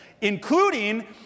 including